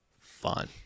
fun